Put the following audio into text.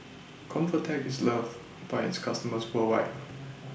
Convatec IS loved By its customers worldwide